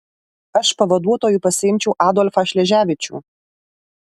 aš pavaduotoju pasiimčiau adolfą šleževičių